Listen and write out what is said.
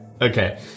okay